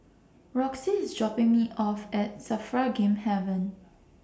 Roxie IS dropping Me off At SAFRA Game Haven